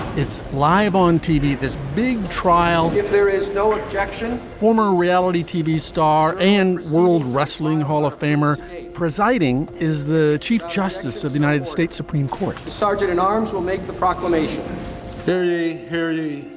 it's live on tv. this big trial, if there is no objection. former reality tv star and world wrestling hall of famer presiding is the chief justice of the united states supreme court the sergeant at arms will make the proclamation very, very,